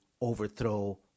overthrow